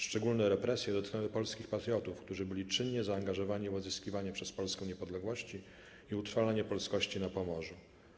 Szczególne represje dotknęły polskich patriotów, którzy byli czynnie zaangażowani w odzyskiwanie przez Polskę niepodległości i utrwalanie polskości na Pomorzu.